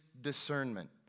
discernment